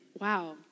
wow